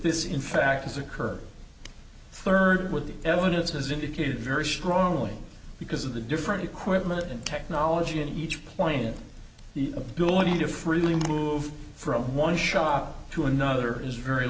this in fact is occurring third with the evidence has indicated very strongly because of the different equipment and technology at each point the ability to freely move from one shop to another is very